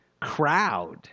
crowd